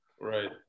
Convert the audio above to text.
Right